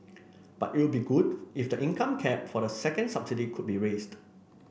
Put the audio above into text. but you'll be good if the income cap for the second subsidy could be raised